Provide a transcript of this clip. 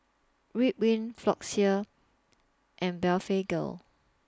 Ridwind Floxia and Blephagel